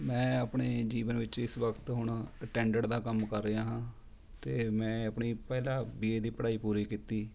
ਮੈਂ ਆਪਣੇ ਜੀਵਨ ਇਸ ਵਕਤ ਵਿੱਚ ਹੁਣ ਅਟੈਂਡੈਂਟ ਦਾ ਕੰਮ ਕਰ ਰਿਹਾ ਹਾਂ ਅਤੇ ਮੈਂ ਆਪਣੀ ਪਹਿਲਾਂ ਬੀ ਏ ਦੀ ਪੜ੍ਹਾਈ ਪੂਰੀ ਕੀਤੀ